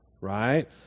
right